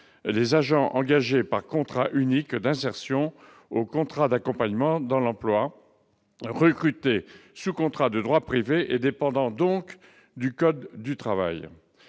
les agents engagés par contrat unique d'insertion- contrat d'accompagnement dans l'emploi, ou CUI-CAE, recrutés sous contrat de droit privé et relevant donc du code du travail.